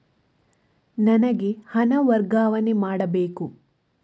ನನಗೆ ಹಣ ವರ್ಗಾವಣೆ ಮಾಡಬೇಕು